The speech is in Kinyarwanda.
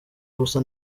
rusa